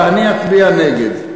ואני אצביע נגד.